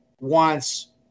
wants